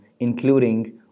including